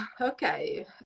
Okay